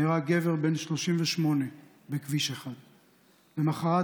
נהרג גבר בן 38 בכביש 1. למוחרת,